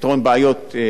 גם בנושא הדרכה,